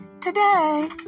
Today